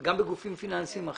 גם בגופים פיננסיים אחרים,